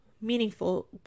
meaningful